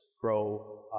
grow